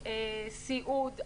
סיעוד,